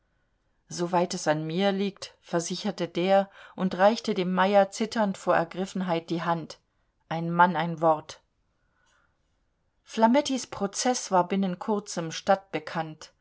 weit es an mir liegt versicherte der und reichte dem meyer zitternd vor ergriffenheit die hand ein mann ein wort flamettis prozeß war binnen kurzem stadtbekannt